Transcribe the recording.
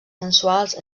sensuals